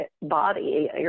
body